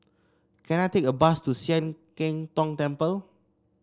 can I take a bus to Sian Keng Tong Temple